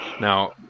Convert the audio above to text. Now